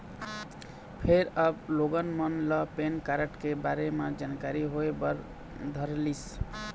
फेर अब लोगन मन ल पेन कारड के बारे म जानकारी होय बर धरलिस